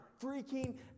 freaking